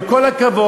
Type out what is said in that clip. עם כל הכבוד,